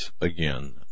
again